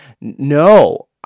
No